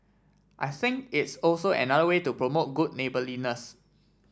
I think it's also another way to promote good neighbourliness